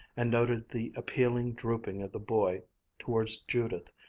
and noted the appealing drooping of the boy towards judith,